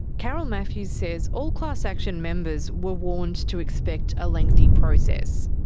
carol matthews says all class action members were warned to expect a lengthy process.